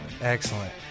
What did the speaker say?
Excellent